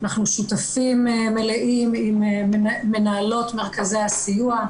אנחנו שותפים מלאים עם מנהלות מרכזי הסיוע,